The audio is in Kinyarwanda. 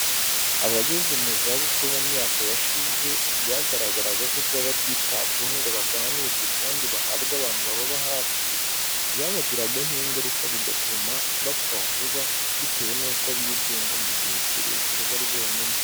Abageze mu zabukuru, mu myaka yashize, byagaragaraga ko kuba batitabwaho ngo baganirirwe kandi bahabwe abantu babababa hafi, byabagiragaho ingaruka bigatuma bapfa vuba, bitewe n'uko bigungaga igihe kirekire bari bonyine.